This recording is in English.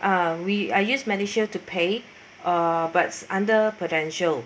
uh we I use MediShield to pay uh but under Prudential